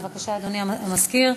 בבקשה, אדוני המזכיר.